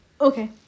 okay